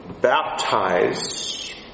baptize